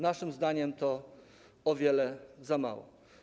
Naszym zdaniem to o wiele za mało.